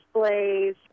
displays